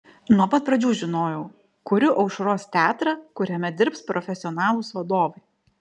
nuo pat pradžių žinojau kuriu aušros teatrą kuriame dirbs profesionalūs vadovai